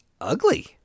ugly